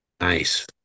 nice